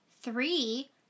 three